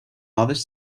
others